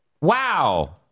Wow